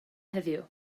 heddiw